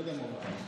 חמש דקות.